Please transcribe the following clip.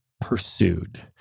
pursued